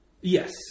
Yes